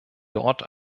dort